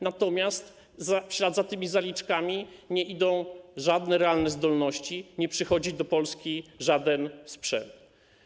Natomiast za tymi zaliczkami nie idą żadne realne zdolności, nie przychodzi do polski żaden sprzęt.